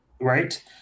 right